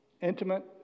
intimate